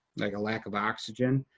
like, a lack of oxygen.